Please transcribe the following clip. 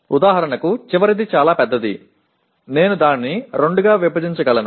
ఉదాహరణకు చివరిది చాలా పెద్దది నేను దానిని రెండుగా విభజించగలను